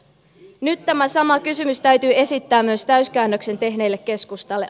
nyt tämä sama kysymys täytyy esittää myös täyskäännöksen tehneelle keskustalle